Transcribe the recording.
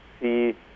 see